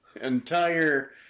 entire